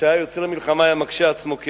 וכשהיה יוצא למלחמה, היה מקשה עצמו כעץ.